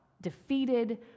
defeated